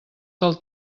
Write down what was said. del